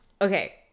Okay